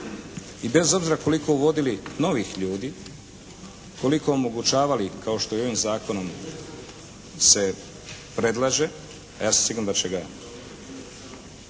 I bez obzira koliko uvodili novih ljudi, koliko omogućavali kao što je i ovim zakonom se predlaže, a ja sam siguran da će ga,